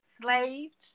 slaves